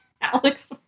Alex